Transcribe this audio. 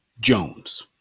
jones